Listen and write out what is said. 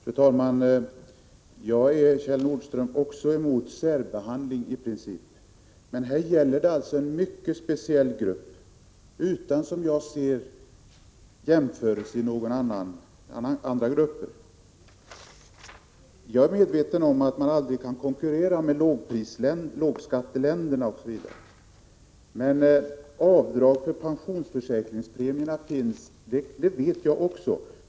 Fru talman! Även jag, Kjell Nordström, är i princip emot särbehandling. Men här gäller det alltså en mycket speciell grupp som — som jag ser saken — inte kan jämföras med några andra grupper. Jag är medveten om att vi aldrig kan konkurrera med lågskatteländer t.ex. Att det finns möjligheter till avdrag för pensionspremier vet jag också.